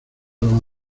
los